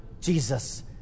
Jesus